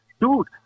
Dude